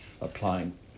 applying